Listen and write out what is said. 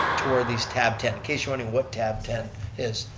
toward these tab ten, in case you're wondering what tab ten is.